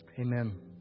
amen